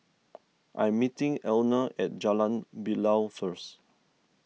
I am meeting Elna at Jalan Bilal first